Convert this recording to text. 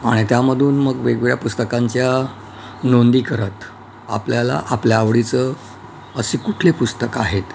आणि त्यामधून मग वेगवेगळ्या पुस्तकांच्या नोंदी करत आपल्याला आपल्या आवडीचं अशी कुठले पुस्तक आहेत